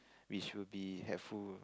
which will be helpful